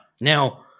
Now